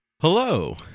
Hello